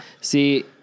See